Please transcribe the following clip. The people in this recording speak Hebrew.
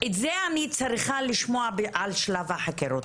את זה אני צריכה לשמוע על שלב החקירות.